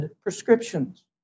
prescriptions